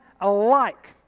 alike